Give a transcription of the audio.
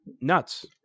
nuts